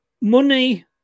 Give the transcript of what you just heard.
Money